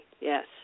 yes